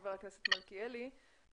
להתייחס להערתו של חבר הכנסת מלכיאלי.